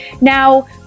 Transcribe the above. Now